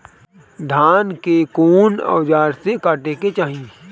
धान के कउन औजार से काटे के चाही?